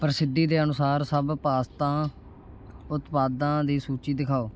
ਪ੍ਰਸਿੱਧੀ ਦੇ ਅਨੁਸਾਰ ਸਭ ਪਾਸਤਾਂ ਉਤਪਾਦਾਂ ਦੀ ਸੂਚੀ ਦਿਖਾਓ